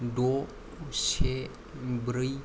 द से ब्रै